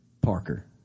Parker